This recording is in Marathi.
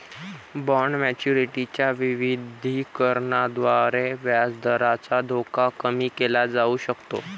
बॉण्ड मॅच्युरिटी च्या विविधीकरणाद्वारे व्याजदराचा धोका कमी केला जाऊ शकतो